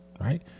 right